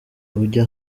ujya